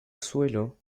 suelo